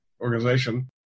organization